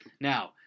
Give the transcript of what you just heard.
Now